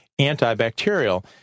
antibacterial